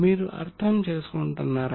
మీరు అర్థం చేసుకుంటున్నారా